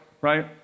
right